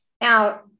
Now